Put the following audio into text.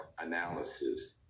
analysis